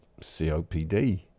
COPD